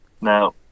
Now